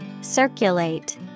Circulate